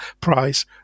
price